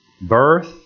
birth